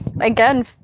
again